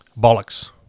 Bollocks